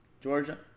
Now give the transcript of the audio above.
Georgia